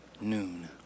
noon